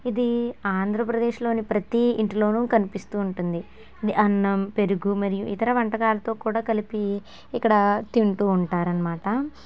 ఇది ఆంధ్రప్రదేశ్లోని ప్రతీ ఇంటిలోనూ కనిపిస్తూ ఉంటుంది అన్నం పెరుగు మరియు ఇతర వంటకాలతో కూడా కలిపి ఇక్కడ తింటూ ఉంటారనమాట